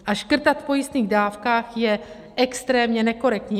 A škrtat v pojistných dávkách je extrémně nekorektní.